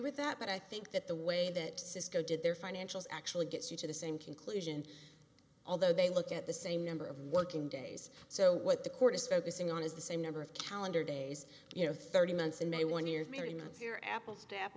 with that but i think that the way that cisco did their financials actually gets you to the same conclusion although they look at the same number of working days so what the court is focusing on is the same number of calendar days you know thirty months in a one year maybe not here apple